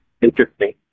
Interesting